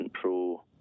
pro